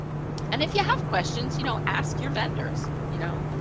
and if you have questions, you know, ask your vendors, you know.